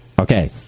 Okay